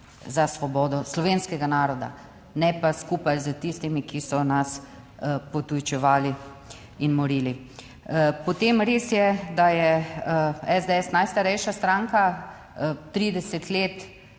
za svobodo slovenskega naroda, ne pa skupaj s tistimi, ki so nas potujčevali in morili. Potem res je, da je SDS najstarejša stranka, 30 let